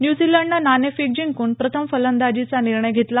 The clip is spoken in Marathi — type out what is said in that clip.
न्यूझीलंडनं नाणेफेक जिंकून प्रथम फलंदाजीचा निर्णय घेतला